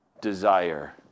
Desire